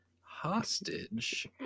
hostage